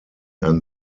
ein